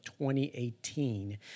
2018